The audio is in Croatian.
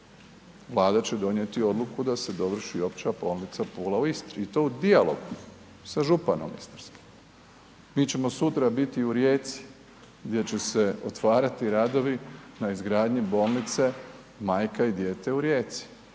Vlada će donijeti odluku da se dovrši Opća bolnica Pula u Istri i to u dijalogu sa županom istarskim. Mi ćemo sutra biti u Rijeci gdje će se otvarati radovi na izgradnji bolnice Majka i dijete u Rijeci,